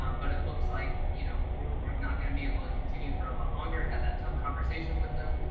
um but it looks like you know, we're we're not going to be able to continue for a lot longer have that tough conversation with them.